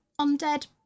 undead